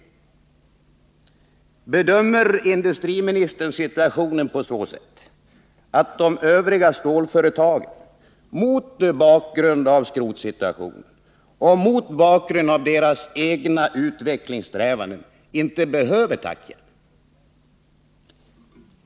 Bedömer industriministern situationen på så sätt, att de övriga stålföretagen mot bakgrund av skrotsituationen och deras egna utvecklingssträvanden inte behöver tackjärn?